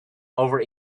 over